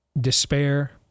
despair